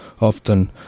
often